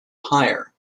higher